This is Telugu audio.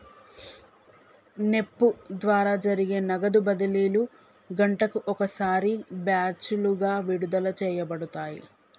నెప్ప్ ద్వారా జరిపే నగదు బదిలీలు గంటకు ఒకసారి బ్యాచులుగా విడుదల చేయబడతాయి